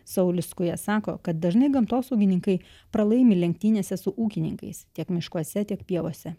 saulis skuja sako kad dažnai gamtosaugininkai pralaimi lenktynėse su ūkininkais tiek miškuose tiek pievose